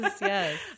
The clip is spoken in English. yes